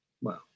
Wow